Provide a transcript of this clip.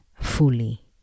fully